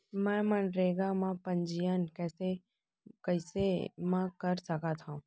मैं मनरेगा म पंजीयन कैसे म कर सकत हो?